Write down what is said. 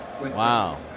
Wow